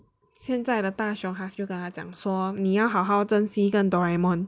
现在的大熊他就跟他讲说你要好好珍惜跟 Doraemon